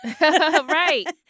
Right